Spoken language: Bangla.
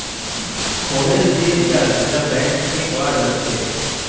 ফোনের যে রিচার্জ সেটা ব্যাঙ্ক থেকে করা যাতিছে